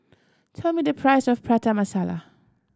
tell me the price of Prata Masala